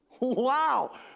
Wow